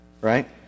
right